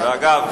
אגב,